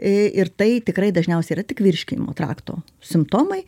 ė ir tai tikrai dažniausiai yra tik virškinimo trakto simptomai